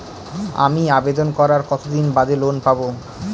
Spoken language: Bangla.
আমি আবেদন করার কতদিন বাদে লোন পাব?